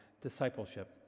discipleship